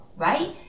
right